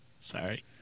Sorry